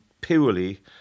purely